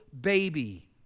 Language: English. baby